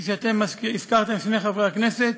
כפי שאתם הזכרתם, שני חברי הכנסת,